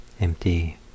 empty